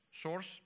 source